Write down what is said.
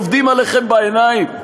עובדים עליכם בעיניים.